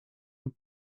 had